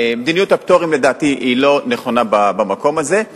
מדיניות הפטורים לדעתי היא לא נכונה במקום הזה.